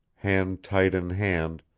hand tight in hand,